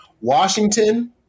Washington